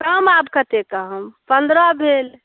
कम आब कतेक कहब पनरह भेल